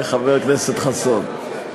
חבר הכנסת חסון.